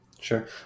sure